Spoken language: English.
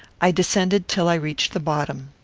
i descended till i reached the bottom.